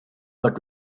but